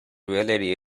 reality